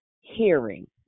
hearing